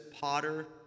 potter